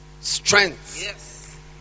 Strength